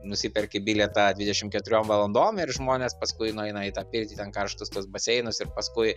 nusiperki bilietą dvidešimt keturiom valandom ir žmones paskui nueina į tą pirtį ten karštus tuos baseinus ir paskui